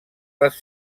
les